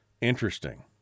interesting